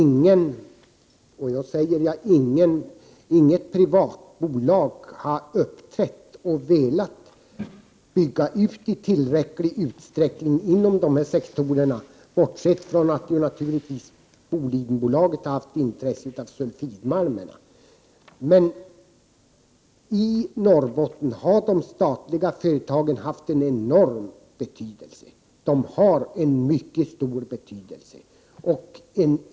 Den har inget privat bolag upptäckt eller velat bygga ut i tillräcklig utsträckning, bortsett naturligtvis från Bolidenbolaget som har varit intresserat av sulfidmalmerna. I Norrbotten har de statliga företagen haft en enorm betydelse. De har en mycket stor betydelse.